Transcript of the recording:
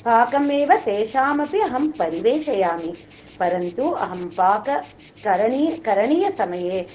पाकमेव तेषामपि अहं परिवेशयामि परन्तु अहं पाककरणी करणीयसमये